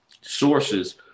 sources